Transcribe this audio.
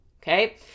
Okay